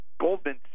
Goldman